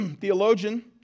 theologian